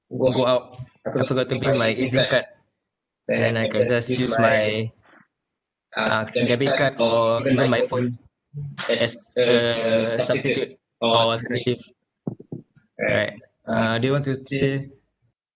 go out I forgot to bring my ez card then I can just use my uh debit card or even my phone as a substitute or alternative alright uh do you want to say